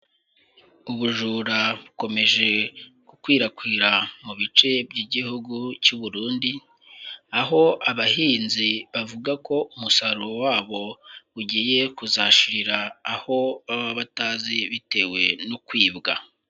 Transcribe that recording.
Ubujura bukomeje gukwirakwira mu bice by'igihugu cy'u Burundi, aho abahinzi bavugako umusaruro wabo ugiye kuzashirira aho baba batazi bitewe no kwibwa.